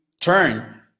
turn